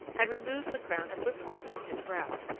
had removed the crown of whipcord from his brow.